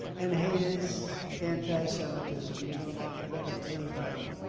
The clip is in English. and heinous anti-semitism. you know that better than anybody.